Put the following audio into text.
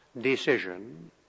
decision